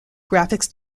graphics